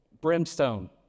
brimstone